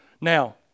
Now